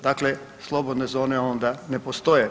Dakle, slobodne zone onda ne postoje.